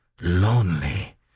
lonely